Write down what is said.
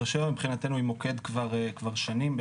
באר שבע מבחינתנו מוקד כבר שנים,